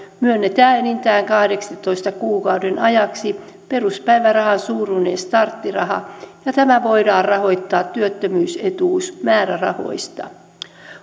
myönnetään enintään kahdentoista kuukauden ajaksi peruspäivärahan suuruinen starttiraha ja tämä voidaan rahoittaa työttömyysetuusmäärärahoista